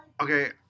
Okay